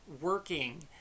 working